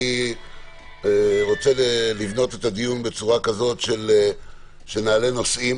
אני רוצה לבנות את הדיון בצורה כזו שנעלה נושאים